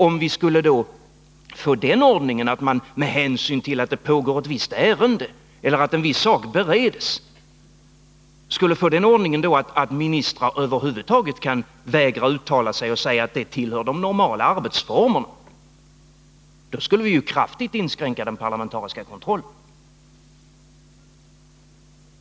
Om vi skulle få den ordningen, med hänsyn till att ett visst ärende är under behandling eller att en viss sak bereds, att ministrar över huvud taget kan vägra att uttala sig och säga att det tillhör de normala arbetsformerna, då skulle vi kraftigt inskränka den parlamentariska kontrollen.